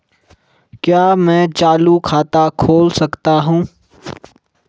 क्या मैं चालू खाता खोल सकता हूँ?